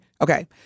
okay